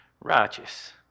righteous